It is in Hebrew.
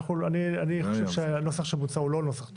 אני חושב שהנוסח המוצע הוא לא נוסח טוב,